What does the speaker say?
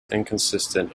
inconsistent